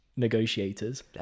negotiators